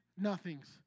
nothings